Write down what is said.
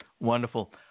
Wonderful